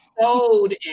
Sold